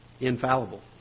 infallible